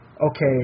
okay